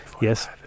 yes